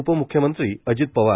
उपम्ख्यमंत्री अजित पवार